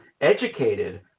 educated